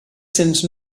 cents